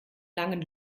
langen